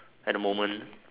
at the moment